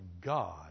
God